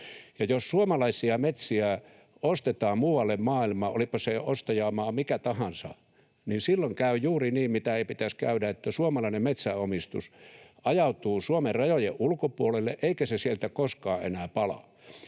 jos suomalaisia metsiä ostetaan muualle maailmaan, olipa se ostajamaa mikä tahansa, niin silloin käy juuri niin kuin ei pitäisi käydä, että suomalainen metsänomistus ajautuu Suomen rajojen ulkopuolelle eikä se sieltä koskaan enää palaa.